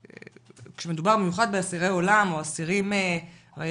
לדעת שכשמדובר במיוחד באסירי עולם, לא